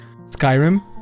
Skyrim